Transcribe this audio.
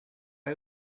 are